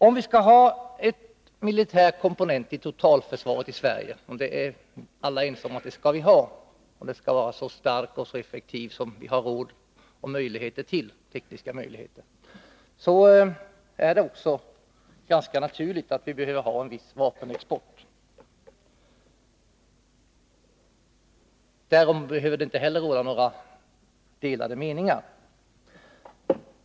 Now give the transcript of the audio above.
Om vi skall ha en militär komponent i totalförsvaret i Sverige — och alla är överens om att vi skall ha det och att det skall vara så starkt och effektivt som vi har råd och tekniska möjligheter till — är det också ganska naturligt att vi behöver ha en viss vapenexport. Därom råder inte heller några delade meningar.